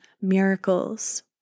miracles